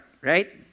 right